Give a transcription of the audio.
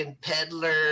peddler